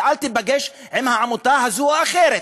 ואל תיפגש עם עמותה זו או אחרת,